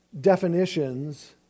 definitions